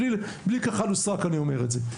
בלי כחל וסרק אני אומר את זה,